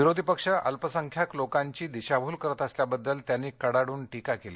विरोधी पक्ष अल्पसंख्याक लोकांची दिशाभूल करत असल्याबद्दल त्यांनी कडाडून टीका केली